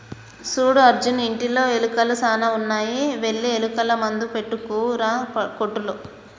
సూడు అర్జున్ ఇంటిలో ఎలుకలు సాన ఉన్నాయి వెళ్లి ఎలుకల మందు పట్టుకురా కోట్టులో